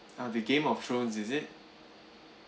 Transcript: ah the game of thrones is it